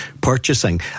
purchasing